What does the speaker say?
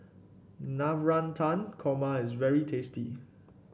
Navratan Korma is very tasty